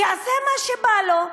שיעשה מה שבא לו,